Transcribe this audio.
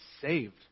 saved